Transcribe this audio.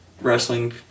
Wrestling